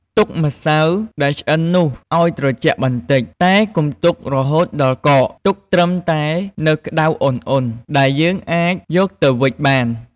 ទុកម្សៅដែលឆ្អិននោះឱ្យត្រជាក់បន្តិច តែកុំទុករហូតដល់កក ទុកត្រឹមតែនៅក្ដៅអ៊ុនៗ ដែលយើងអាចយកទៅវេចបាន។